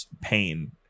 pain